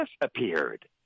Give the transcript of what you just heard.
appeared